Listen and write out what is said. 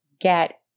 get